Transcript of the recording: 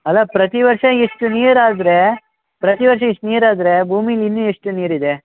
ಅಲ್ಲ ಪ್ರತಿ ವರ್ಷ ಇಷ್ಟು ನೀರು ಆದರೆ ಪ್ರತಿ ವರ್ಷ ಇಷ್ಟು ನೀರು ಆದರೆ ಭೂಮಿಲಿ ಇನ್ನು ಎಷ್ಟು ನೀರು ಇದೆ